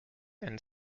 and